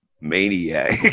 maniac